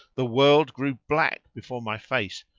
the world grew black before my face,